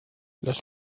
los